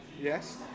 Yes